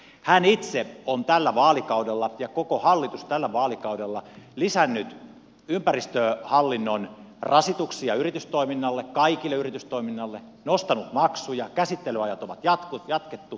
hän itse on tällä vaalikaudella ja koko hallitus tällä vaalikaudella lisännyt ympäristöhallinnon rasituksia yritystoiminnalle kaikelle yritystoiminnalle nostanut maksuja käsittelyaikoja on jatkettu